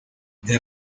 they